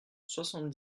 soixante